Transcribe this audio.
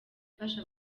ifasha